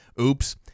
Oops